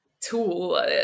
tool